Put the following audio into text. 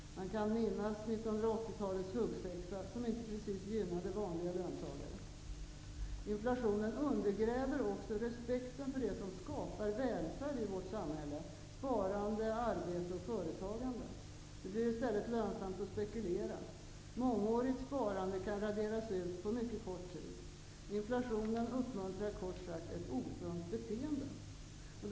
Man kan minnas 1980 talets huggsexa, som inte precis gynnade vanliga löntagare. Inflationen undergräver också respekten för det som skapar välfärd i vårt samhälle: sparande, arbete och företagande. Det blir i stället lönsamt att spekulera. Mångårigt sparande kan raderas ut på mycket kort tid. Inflationen uppmuntrar kort sagt ett osunt beteende.